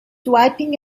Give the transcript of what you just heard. wiping